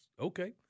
Okay